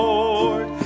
Lord